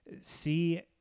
see